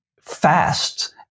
fast